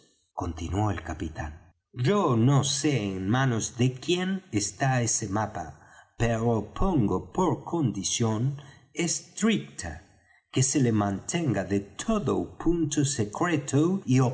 continuó el capitán yo no sé en manos de quién está ese mapa pero pongo por condición estricta que se le mantenga de todo punto secreto y